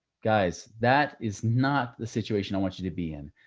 guys, that is not the situation i want you to be in.